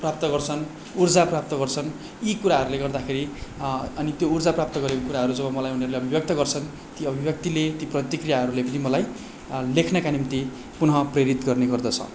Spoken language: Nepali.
प्राप्त गर्छन् उर्जा प्राप्त गर्छन् यी कुराहरूले गर्दाखेरि अनि त्यो उर्जा प्राप्त गरेको कुराहरू जब मलाई उनीहरूले अभिव्यक्त गर्छन् ती अभिव्यक्तिले ती प्रतिक्रियाहरूले मलाई लेख्नका निम्ति पुनः प्रेरित गर्ने गर्दछ